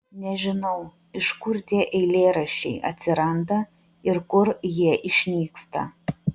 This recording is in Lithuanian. nežinau iš kur tie eilėraščiai atsiranda ir kur jie išnyksta